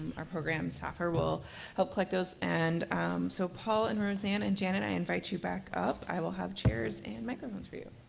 our program staffer, will help collect those, and so paul and rosanne and janet, i invite you back up. i will have chairs and microphones for you.